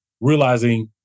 realizing